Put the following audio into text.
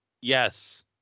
yes